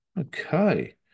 okay